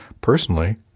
Personally